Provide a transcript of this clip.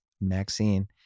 Maxine